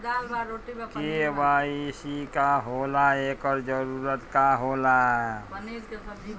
KYC का होला एकर जरूरत का होला?